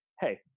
hey